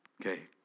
Okay